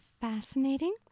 fascinating